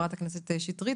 חה"כ שטרית,